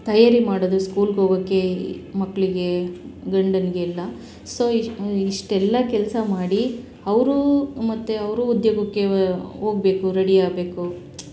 ತಯಾರಿ ಮಾಡೋದು ಸ್ಕೂಲ್ಗೆ ಹೋಗೋಕ್ಕೆ ಮಕ್ಕಳಿಗೆ ಗಂಡನಿಗೆ ಎಲ್ಲ ಸೊ ಇಷ್ಟು ಇಷ್ಟೆಲ್ಲ ಕೆಲಸ ಮಾಡಿ ಅವರೂ ಮತ್ತು ಅವರೂ ಉದ್ಯೋಗಕ್ಕೆ ಹೋಗ್ಬೇಕು ರೆಡಿ ಆಗ್ಬೇಕು